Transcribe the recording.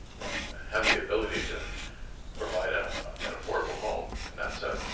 have the ability to provide ah an affordable home. and that's a